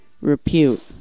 Repute